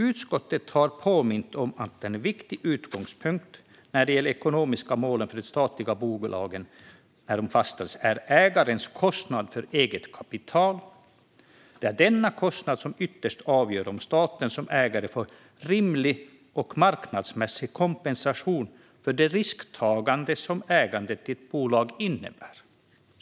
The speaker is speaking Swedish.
"Utskottet har påmint om att en viktig utgångspunkt när de ekonomiska målen för de statliga bolagen fastställs är ägarens kostnad för eget kapital. Det är denna kostnad som ytterst avgör om staten som ägare får en rimlig och marknadsmässig kompensation för det risktagande som ägandet i ett bolag innebär."